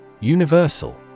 Universal